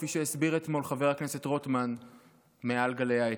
כפי שהסביר אתמול חבר הכנסת רוטמן מעל גלי האתר.